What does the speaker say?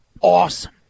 awesome